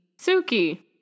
Suki